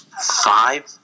Five